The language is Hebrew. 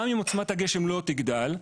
גם אם עוצמת הגשם לא תגדל,